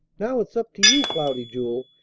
now it's up to you, cloudy jewel,